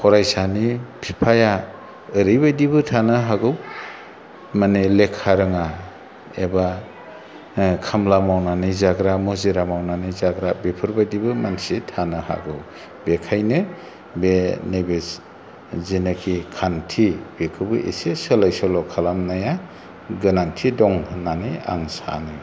फरायसानि बिफाया ओरैबादिबो थानो हागौ मानि लेखा रोङा एबा खामला मावनानै जाग्रा मुजिरा मावनानै जाग्रा बेफोरबायदिबो मानसि थानो हागौ बेखायनो बे नैबे जेनाखि खान्थि बेखौबो एसे सोलाय सोल' खालामनाया गोनांथि दं होननानै आं सानो